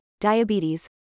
Diabetes